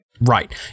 Right